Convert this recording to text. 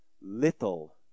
Little